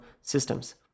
systems